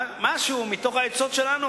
משהו מתוך העצות שלנו.